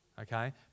okay